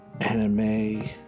anime